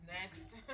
next